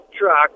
truck